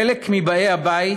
חלק מבאי הבית,